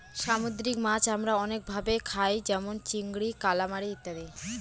সামুদ্রিক মাছ আমরা অনেক ভাবে খায় যেমন চিংড়ি, কালামারী ইত্যাদি